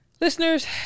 listeners